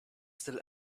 still